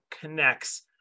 connects